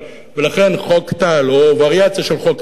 ולכן חוק טל, או וריאציה של חוק טל,